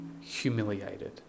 humiliated